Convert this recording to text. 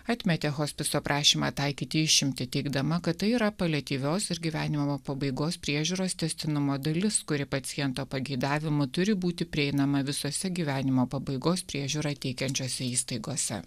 atmetė hospiso prašymą taikyti išimtį teigdama kad tai yra paliatyvios ir gyvenimo pabaigos priežiūros tęstinumo dalis kuri paciento pageidavimu turi būti prieinama visose gyvenimo pabaigos priežiūrą teikiančiose įstaigose